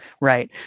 Right